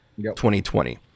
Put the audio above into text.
2020